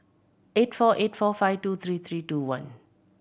eight four eight four five two three three two one